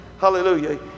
hallelujah